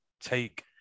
take